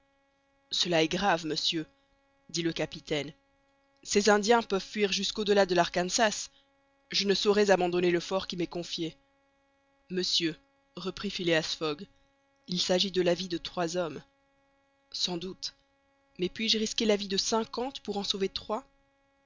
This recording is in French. cela est grave monsieur dit le capitaine ces indiens peuvent fuir jusqu'au-delà de l'arkansas je ne saurais abandonner le fort qui m'est confié monsieur reprit phileas fogg il s'agit de la vie de trois hommes sans doute mais puis-je risquer la vie de cinquante pour en sauver trois